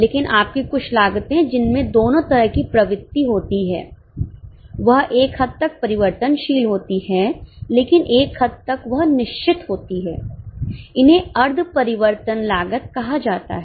लेकिन आपकी कुछ लागते जिसमें दोनों तरह की प्रकृति होती है वह एक हद तक परिवर्तनशील होती है लेकिन एक हद तक वह निश्चित होती हैं इन्हें अर्ध परिवर्तन लागत कहा जाता है